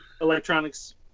electronics